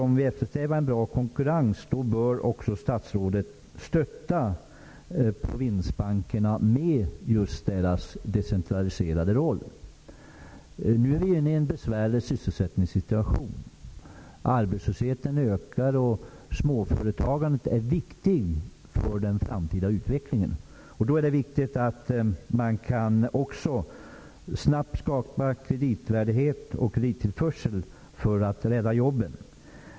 Om vi eftersträvar en bra konkurrens bör statsrådet därför också stötta provinsbankerna, som spelar en för decentraliseringen så viktig roll. Nu är vi inne i en besvärlig sysselsättningssituation. Arbetslösheten ökar, och småföretagandet är viktigt för den framtida utvecklingen. Då är det viktigt att det snabbt går att skapa kreditvärdighet och kredittillförsel för att rädda jobben.